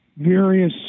various